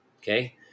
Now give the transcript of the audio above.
Okay